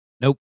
Nope